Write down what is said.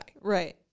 Right